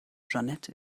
jeanette